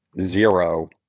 zero